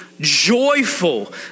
joyful